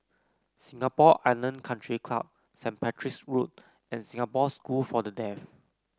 Singapore Island Country Club Saint Patrick's Road and Singapore School for the Deaf